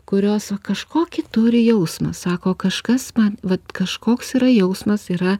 kurios va kažkokį turi jausmą sako kažkas man vat kažkoks yra jausmas yra